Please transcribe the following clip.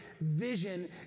vision